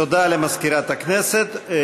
תודה למזכירת הכנסת.